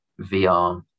vr